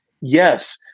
Yes